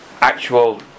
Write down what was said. actual